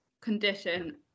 condition